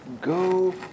Go